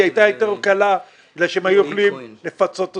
היה יותר קל כי היו יכולים לפצות אותם.